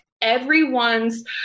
Everyone's